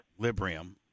Librium